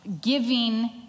giving